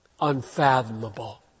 Unfathomable